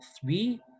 three